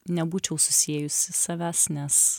nebūčiau susiejusi savęs nes